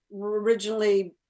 originally